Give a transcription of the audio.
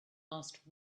asked